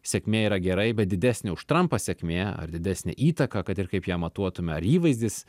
sėkmė yra gerai bet didesnė už trampą sėkmė ar didesnė įtaka kad ir kaip ją matuotume ar įvaizdis